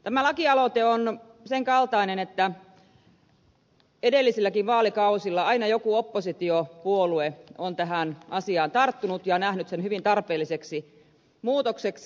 tämä lakialoite on sen kaltainen että edellisilläkin vaalikausilla aina joku oppositiopuolue on tähän asiaan tarttunut ja nähnyt sen hyvin tarpeelliseksi muutokseksi